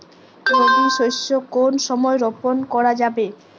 রবি শস্য কোন সময় রোপন করা যাবে?